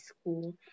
school